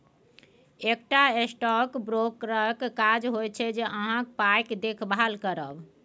एकटा स्टॉक ब्रोकरक काज होइत छै अहाँक पायक देखभाल करब